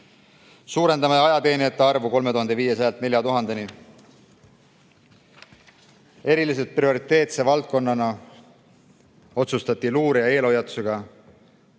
suurendame ajateenijate arvu 3500-lt 4000-ni. Eriliselt prioriteetse valdkonnana otsustati luure ja eelhoiatusega